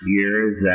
years